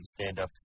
stand-up